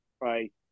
right